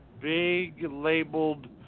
big-labeled